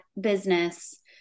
business